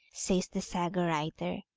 says the saga writer,